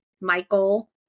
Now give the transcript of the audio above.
Michael